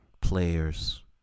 Players